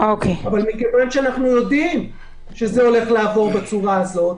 אבל מכיוון שאנחנו יודעים שזה הולך לעבור בצורה הזאת,